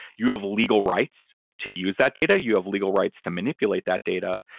you have legal rights to use that data. you have legal rights to manipulate that data.